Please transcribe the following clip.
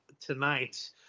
tonight